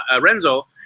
Renzo